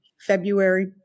February